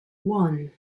one